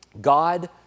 God